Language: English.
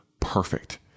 Perfect